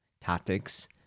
tactics